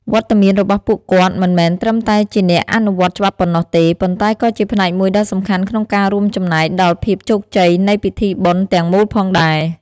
វត្តមានរបស់ពួកគាត់មិនមែនត្រឹមតែជាអ្នកអនុវត្តច្បាប់ប៉ុណ្ណោះទេ ប៉ុន្តែក៏ជាផ្នែកមួយដ៏សំខាន់ក្នុងការរួមចំណែកដល់ភាពជោគជ័យនៃពិធីបុណ្យទាំងមូលផងដែរ។